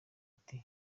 ati